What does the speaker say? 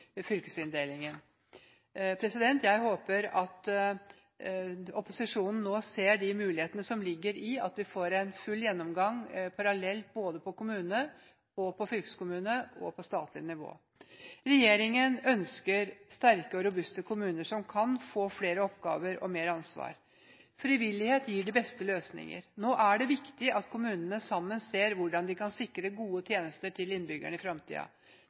fylkesinndelingen.» Jeg håper at opposisjonen nå ser de mulighetene som ligger i at vi får en full gjennomgang parallelt på både kommunalt, fylkeskommunalt og statlig nivå. Regjeringen ønsker sterke og robuste kommuner, som kan få flere oppgaver og mer ansvar. Frivillighet gir de beste løsningene. Nå er det viktig at kommunene sammen ser hvordan de kan sikre gode tjenester til innbyggerne i